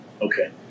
Okay